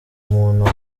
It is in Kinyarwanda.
umuntu